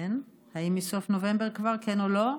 האם מסוף נובמבר כבר כן או לא?